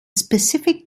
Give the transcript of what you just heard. specific